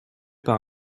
par